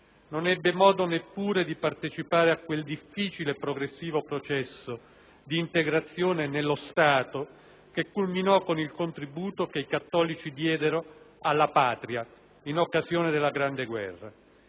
Non ebbe modo neppure di partecipare a quel difficile progressivo processo di integrazione nello Stato che culminò con il contributo che i cattolici diedero alla patria in occasione della Grande guerra